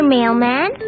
Mailman